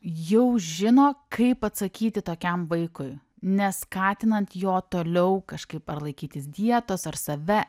jau žino kaip atsakyti tokiam vaikui neskatinant jo toliau kažkaip ar laikytis dietos ar save